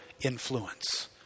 influence